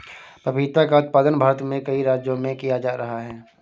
पपीता का उत्पादन भारत में कई राज्यों में किया जा रहा है